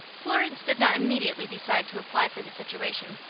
florence did not immediately decide to apply for the situation,